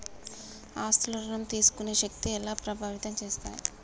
ఆస్తుల ఋణం తీసుకునే శక్తి ఎలా ప్రభావితం చేస్తాయి?